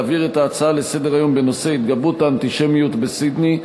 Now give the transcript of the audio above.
להעביר את ההצעות לסדר-היום בנושא: התגברות האנטישמיות בסידני,